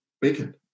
bacon